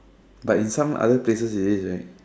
but in some other places it is right